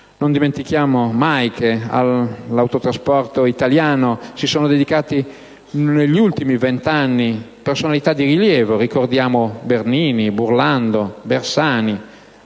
Non dimentichiamo mai che all'autotrasporto italiano si sono dedicate negli ultimi vent'anni personalità politiche di rilievo, da Bernini, a Burlando, a Bersani